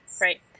right